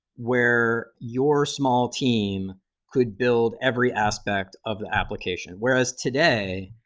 where your small team could build every aspect of the application. whereas, today,